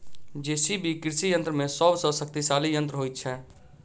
JCB कृषि यंत्र मे सभ सॅ शक्तिशाली यंत्र होइत छै